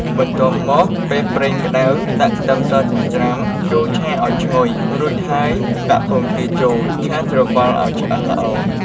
បន្ទាប់់មក ពេលប្រេងក្តៅ ដាក់ខ្ទឹមសចិញ្ច្រាំចូលឆាឱ្យឈ្ងុយ រួចហើយដាក់ពងទាចូល ឆាច្របល់ឱ្យឆ្អិនល្អ។